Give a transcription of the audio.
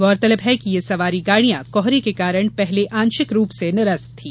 गौरतलब है कि ये सवारी गाड़ियां कोहरे के कारण पहले आंशिक रूप से निरस्त थी